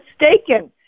mistaken